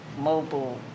mobile